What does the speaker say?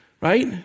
right